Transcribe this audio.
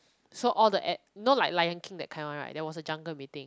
so all the a~ you know like Lion King that kind one right there was a jungle meeting